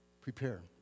Prepare